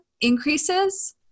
increases